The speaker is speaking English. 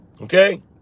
Okay